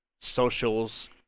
socials